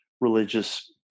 religious